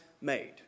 made